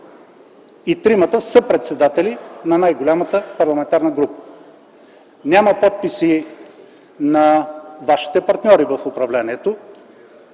и тримата съпредседатели на най-голямата парламентарна група? Няма подписи на вашите партньори в управлението.